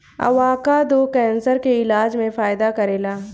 avocado cancer के इलाज में फायदा करेला